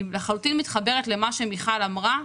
אני לחלוטין מתחברת למה שמיכל אמרה.